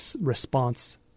response